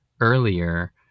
earlier